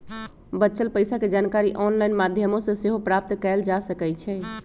बच्चल पइसा के जानकारी ऑनलाइन माध्यमों से सेहो प्राप्त कएल जा सकैछइ